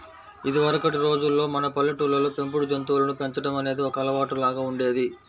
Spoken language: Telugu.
ఇదివరకటి రోజుల్లో మన పల్లెటూళ్ళల్లో పెంపుడు జంతువులను పెంచడం అనేది ఒక అలవాటులాగా ఉండేది